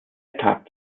tagt